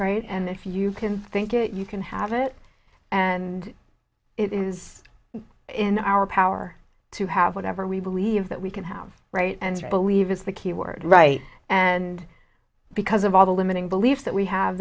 right and if you can think it you can have it and it is in our power to have whatever we believe that we can have right and believe is the key word right and because of all the limiting beliefs that we have